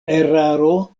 eraro